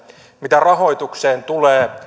mitä rahoitukseen tulee